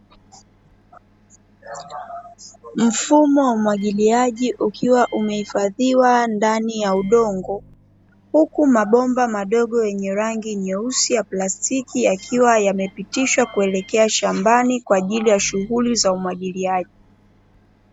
Mfumo wa umwagiliaji ukiwa umehifadhiwa ndani ya udongo huku mabomba madogo yenye rangi nyeusi ya plastiki, yakiwa yamepitishwa kuelekea shambani kwa ajili ya shughuli za umwagiliaji.